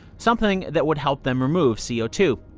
something that would help them remove c o two.